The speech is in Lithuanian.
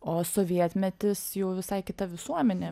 o sovietmetis jau visai kita visuomenė